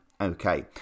okay